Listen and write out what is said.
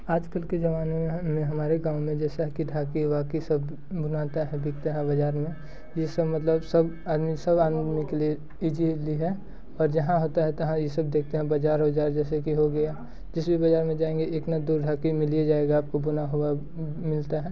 आज कल के ज़माने में हमारे गाँव में जैसे ढाकी वाकी सब बुनाता है बिकता है बज़ार में ये सब मतलब सब आदमी सब आदमियों के लिए ईजिली है और जहाँ होता है तहाँ ये सब देखते हैं बज़ार वज़ार जैसे कि हो गया जिस भी बज़ार में जाएंगे एक ना दो ढाकी मिल ही जाएगा आपको बुना हुआ मिलता है